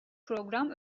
program